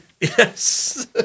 yes